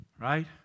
Right